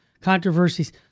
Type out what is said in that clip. controversies